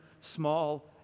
small